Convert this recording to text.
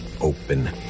open